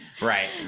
Right